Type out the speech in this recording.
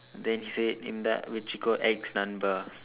then he said இந்தா வெச்சிக்கோ:indthaa vechsikkoo ex நண்பா:nanpaa